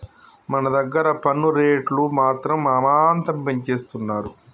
మన దగ్గర పన్ను రేట్లు మాత్రం అమాంతం పెంచేస్తున్నారు